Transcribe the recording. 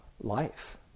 life